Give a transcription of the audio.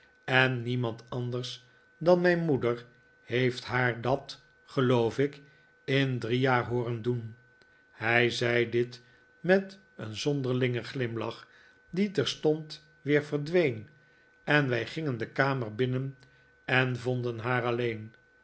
en niemand anders dan mijn moeder heeft haar dat geloof ik in drie jaar hooren doen hij zei dit met een zonderlingen glimlach die terstond weer verdween en wij gingen de kamer binnen en vonden haar alleen